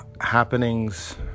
happenings